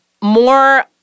more